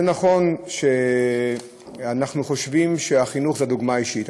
זה נכון שאנחנו חושבים שהחינוך זה דוגמה אישית,